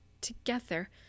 together